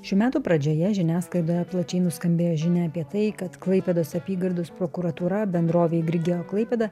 šių metų pradžioje žiniasklaidoje plačiai nuskambėjo žinia apie tai kad klaipėdos apygardos prokuratūra bendrovei grigeo klaipėda